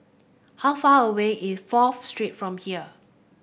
how far away is Fourth Street from here